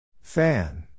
Fan